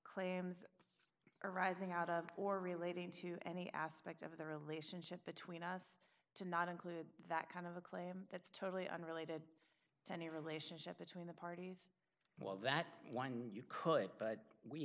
claims arising out of or relating to any aspect of the relationship between us to not include that kind of a claim that's totally unrelated to any relationship between the parties while that one you could but we